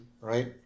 right